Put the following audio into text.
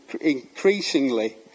increasingly